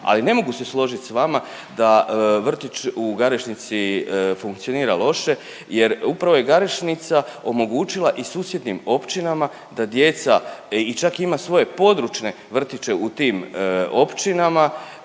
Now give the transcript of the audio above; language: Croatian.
Ali ne mogu se složiti sa vama da vrtić u Garešnici funkcionira loše jer upravo je Garešnica omogućila i susjednim općinama da djeca i čak ima svoje područne vrtiće u tim općinama,